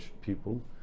people